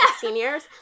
seniors